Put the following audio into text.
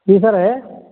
जी sir है